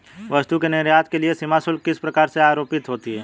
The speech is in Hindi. वस्तु के निर्यात के लिए सीमा शुल्क किस प्रकार से आरोपित होता है?